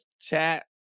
chat